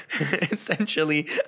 essentially